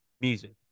music